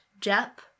Jep